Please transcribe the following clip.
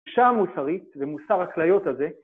שעה מוסרית ומוסר הכליות הזה